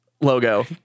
logo